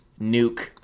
nuke